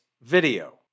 video